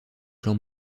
clan